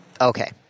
Okay